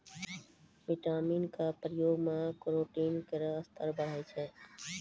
vitamin क प्रयोग सें केरोटीन केरो स्तर बढ़ै छै